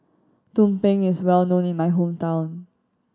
tumpeng is well known in my hometown